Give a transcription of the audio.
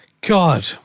God